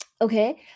Okay